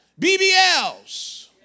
BBLs